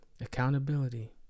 Accountability